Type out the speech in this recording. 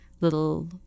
little